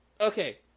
Okay